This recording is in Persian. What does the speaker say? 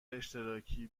اشتراکی